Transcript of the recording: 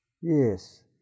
Yes